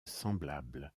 semblable